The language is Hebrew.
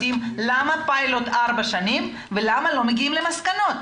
למה צריך להיות פיילוט במשך ארבע שנים ולמה שלא מגיעים למסקנות.